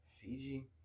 Fiji